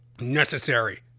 necessary